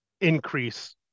increase